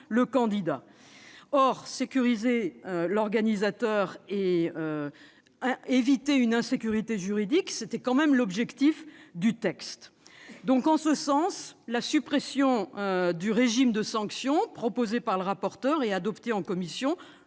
le candidat. Or sécuriser l'organisateur et éviter une insécurité juridique est tout de même l'objectif du texte. En ce sens, la suppression du régime de sanction proposée par le rapporteur et adoptée en commission